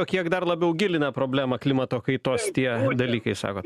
kiek dar labiau gilina problemą klimato kaitos tie dalykai sakot